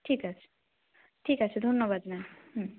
ঠিক আছে ঠিক আছে ধন্যবাদ ম্যাম হুম